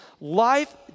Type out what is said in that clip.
Life